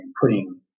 putting